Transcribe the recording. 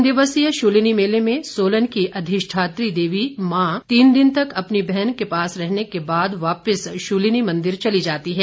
तीन दिवसीय शूलिनी मेले में सोलन की अधिष्ठात्री देवी माँ तीन दिन तक अपनी बहन के पास रहने के बाद वापिस शूलिनी मंदिर चली जाती हैं